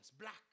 black